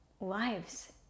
lives